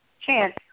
chance